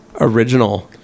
original